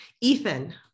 Ethan